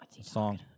song